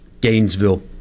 Gainesville